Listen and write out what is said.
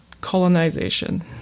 colonization